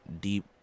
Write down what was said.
deep